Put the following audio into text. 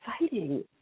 exciting